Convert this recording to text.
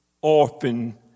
orphan